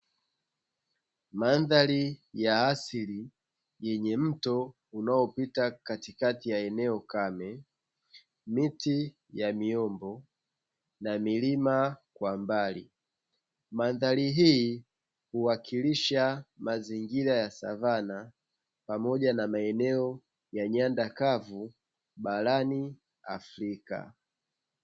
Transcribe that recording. Mandhari ya asili yenye mto unaopita katikati ya eneo kame, miti ya miombo, na milima kwa mbali. Mandhari hii huwakilisha mazingira ya savana pamoja na meneo ya nyanda kavu barani Afrika.